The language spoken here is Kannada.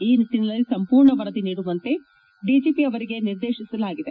ಈ ನಿಟ್ಟನಲ್ಲಿ ಸಂಪೂರ್ಣ ವರದಿ ನೀಡುವಂತೆ ಡಿಜಿಪಿ ಅವರಿಗೆ ನಿರ್ದೇತಿಸಲಾಗಿದೆ